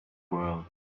world